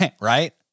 right